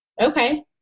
Okay